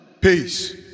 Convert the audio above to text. peace